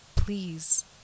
Please